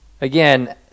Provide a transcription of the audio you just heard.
again